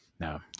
no